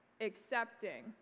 accepting